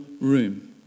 room